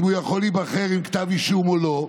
אם הוא יכול להיבחר עם כתב אישום או לא.